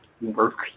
work